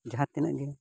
ᱡᱟᱦᱟᱸ ᱛᱤᱱᱟᱹᱜ ᱜᱮ